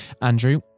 Andrew